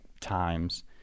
times